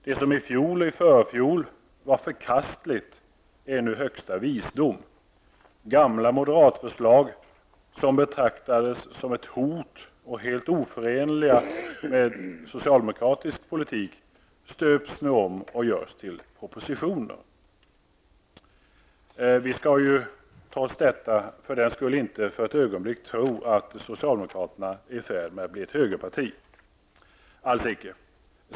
Det som i fjol och i förfjol var förkastligt är nu högsta visdom. Gamla moderatförslag, som betraktades som ett hot och helt oförenliga med socialdemokratisk politik, stöps nu om och görs till propositionstexter. Vi skall för den skull inte för ett ögonblick tro att socialdemokraterna är i färd att bli ett högerparti. Alls icke!